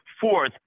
Fourth